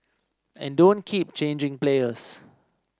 and don't keep changing players